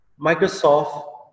Microsoft